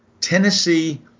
Tennessee